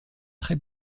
très